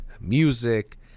music